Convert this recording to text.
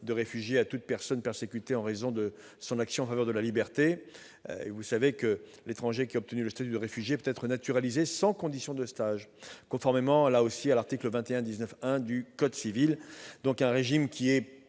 de réfugié à toute personne persécutée en raison de son action en faveur de la liberté. Comme vous le savez, l'étranger qui a obtenu le statut de réfugié peut être naturalisé sans condition de stage, conformément à l'article 21-19 du code civil. Le régime actuel